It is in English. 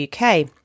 UK